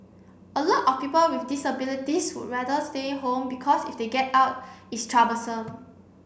a lot of people with disabilities would rather stay home because if they get out it's troublesome